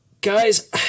Guys